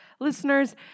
Listeners